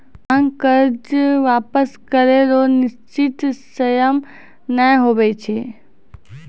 मांग कर्जा वापस करै रो निसचीत सयम नै हुवै छै